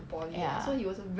ya